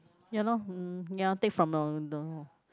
ya lor mm ya take from the the